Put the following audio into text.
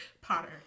Potter